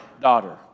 daughter